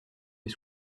des